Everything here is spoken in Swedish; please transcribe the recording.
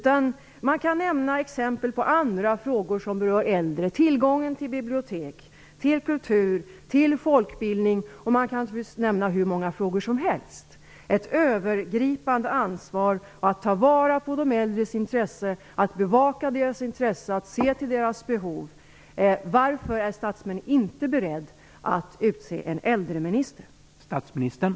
Man kan också nämna exempel på andra frågor som berör äldre: tillgången till bibliotek, kultur och folkbildning. Ja, man kan naturligtvis nämna hur många frågor som helst. Varför är statsministern inte beredd att utse en äldreminister med ett övergripande ansvar, som tar vara på och bevakar de äldres intressen och behov?